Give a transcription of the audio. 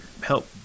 help